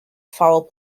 foul